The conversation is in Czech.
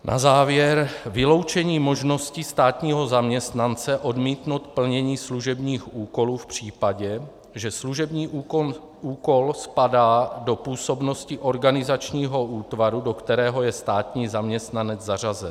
Na závěr vyloučení možnosti státního zaměstnance odmítnout plnění služebních úkolů v případě, že služební úkol spadá do působnosti organizačního útvaru, do kterého je státní zaměstnanec zařazen.